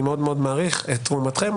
אני מאוד מאוד מעריך את תרומתכם,